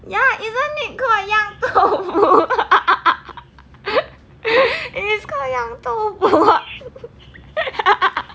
ya isn't called is 酿豆腐 is called 酿豆腐 ah